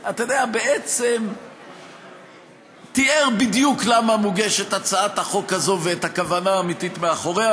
שבעצם תיאר בדיוק למה מוגשת הצעת החוק הזאת ואת הכוונה האמיתית מאחוריה.